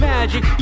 Magic